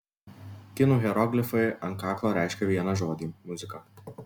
kinų hieroglifai ant kaklo reiškia vieną žodį muzika